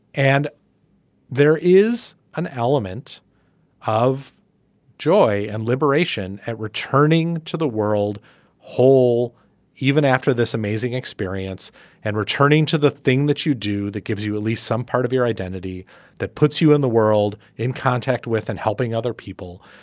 and there is an element of joy and liberation at returning to the world whole even after this amazing experience and returning to the thing that you do that gives you at least some part of your identity that puts you in the world in contact with and helping other people.